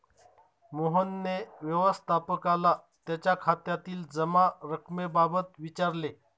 मोहनने व्यवस्थापकाला त्याच्या खात्यातील जमा रक्कमेबाबत विचारले